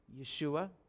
Yeshua